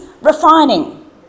refining